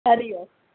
हरिओम